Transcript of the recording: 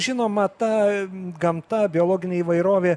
žinoma ta gamta biologinė įvairovė